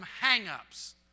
hang-ups